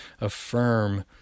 affirm